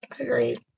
Agreed